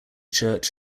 church